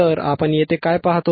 तर आपण येथे काय पाहतो